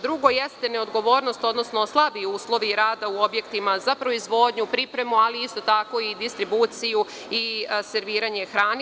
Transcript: Drugo jeste neodgovornost, odnosno slabi uslovi rada u objektima za proizvodnju, pripremu, ali isto tako i distribuciju i serviranje hrane.